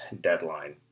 deadline